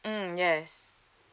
mm yes